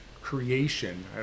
creation